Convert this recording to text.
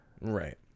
right